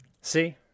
See